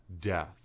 death